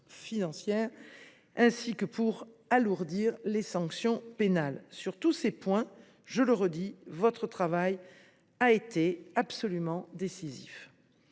financière, et pour alourdir les sanctions pénales. Sur tous ces points, je le redis, votre travail a été absolument décisif.